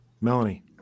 Melanie